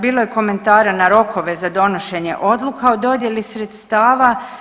Bilo je komentara na rokove za donošenje odluka o dodjeli sredstava.